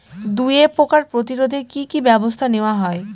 দুয়ে পোকার প্রতিরোধে কি কি ব্যাবস্থা নেওয়া হয়?